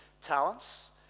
talents